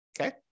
Okay